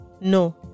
No